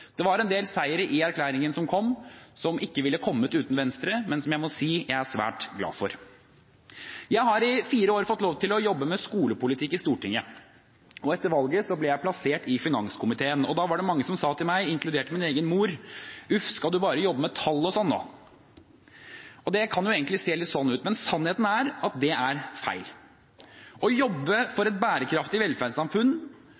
Det var en del seirer i erklæringen som kom, som ikke ville kommet uten Venstre, men som jeg må si jeg er svært glad for. Jeg har i fire år fått lov til å jobbe med skolepolitikk i Stortinget, og etter valget ble jeg plassert i finanskomiteen. Da var det mange som sa til meg, inkludert min egen mor: Uff, skal du bare jobbe med tall og sånn nå. Det kan jo egentlig se litt sånn ut. Men sannheten er at det er feil. Å jobbe